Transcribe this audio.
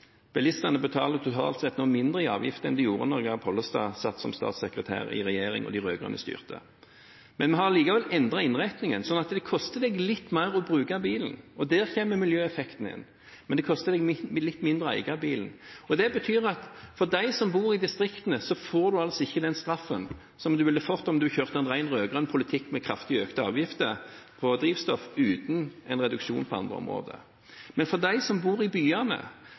Bilistene betaler totalt sett nå mindre i avgifter enn de gjorde da Geir Pollestad satt som statssekretær i regjering og de rød-grønne styrte. Vi har likevel endret innretningen slik at det koster litt mer å bruke bilen – og der kommer miljøeffekten inn. Men det koster litt mindre å eie bilen. Det betyr at de som bor i distriktene, ikke får den straffen de ville fått om man kjørte en rød-grønn politikk med kraftig økte avgifter på drivstoff uten en reduksjon på andre områder. For dem som bor i byene,